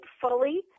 fully